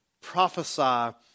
Prophesy